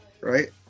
Right